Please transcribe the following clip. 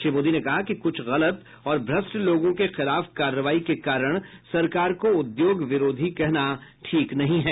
श्री मोदी ने कहा कि कुछ गलत और भ्रष्ट लोगों के खिलाफ कार्रवाई के कारण सरकार को उद्योग विरोधी कहना ठीक नहीं है